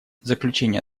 заключение